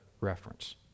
reference